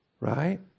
Right